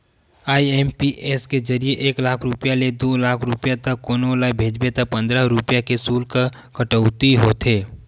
IMPS के जरिए एक लाख रूपिया ले दू लाख रूपिया तक कोनो ल भेजबे त पंद्रह रूपिया के सुल्क कटउती होथे